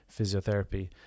physiotherapy